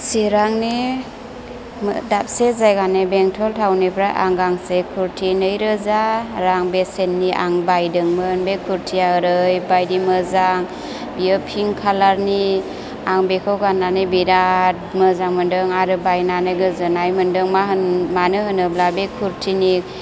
सिरांनि दाबसे जायगानि बेंटल थावननिफ्राय आं गांसे कुरथि नै रोजा रां बेसेननि आं बायदोंमोन बे कुरथिया ओरैबायदि मोजां बियो पिंक कालारनि आं बिखौ गान्नानै बिरात मोजां मोनदों आरो बायनानै गोजोन्नाय मोनदों मानो होनोब्ला बे कुरथिनि